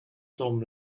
tom